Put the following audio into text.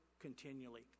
continually